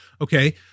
Okay